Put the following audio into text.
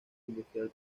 industrial